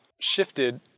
shifted